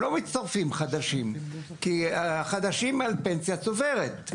לא מתווספים חדשים משום שהחדשים על פנסיה צוברת.